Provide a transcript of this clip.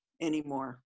anymore